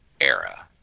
era